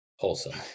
Wholesome